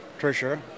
Tricia